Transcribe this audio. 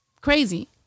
crazy